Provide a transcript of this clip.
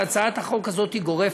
והצעת החוק הזאת היא גורפת,